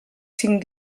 cinc